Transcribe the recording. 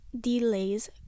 delays